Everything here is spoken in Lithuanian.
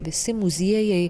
visi muziejai